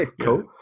Cool